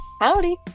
Howdy